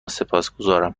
سپاسگزارم